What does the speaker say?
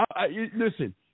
Listen